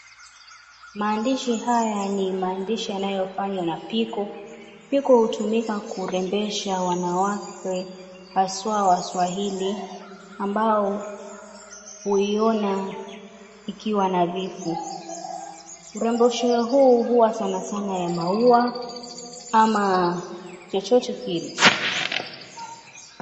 Maandishi haya ni maandishi yanayofanywa na piko. Piko hutumika kurembesha wanawake haswa waswahili ambao huiona ikiwa nadhifu. Urembesho huu sana sana huwa maua ama chochote kile.